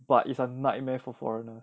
but it's a nightmare for foreigner